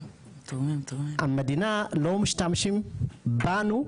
המדינה לא משתמשת בנו,